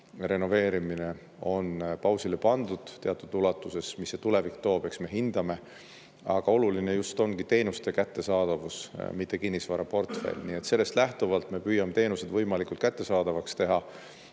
renoveerimine on pausile pandud teatud ulatuses. Mis tulevik toob, eks me hindame, aga oluline on teenuste kättesaadavus, mitte kinnisvaraportfell. Sellest lähtuvalt me püüame teenused võimalikult kättesaadavaks teha